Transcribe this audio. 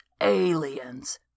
aliens